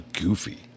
goofy